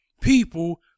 people